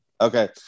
Okay